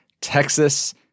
Texas